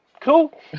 Cool